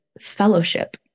fellowship